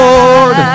Lord